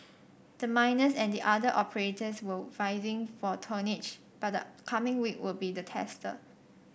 the miners and other operators were vying for tonnage but the coming week will be the tester